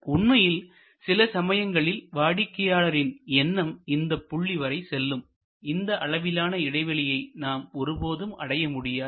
உண்மையில் சில சமயங்களில் வாடிக்கையாளர்களின் எண்ணம் இந்த புள்ளி வரை செல்லும் இந்த அளவிலான இடைவெளியை நாம் ஒருபோதும் அடைய முடியாது